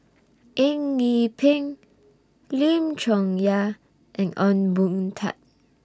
Eng Yee Peng Lim Chong Yah and Ong Boon Tat